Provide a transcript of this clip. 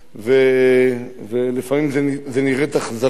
לפעמים זו נראית אכזריות,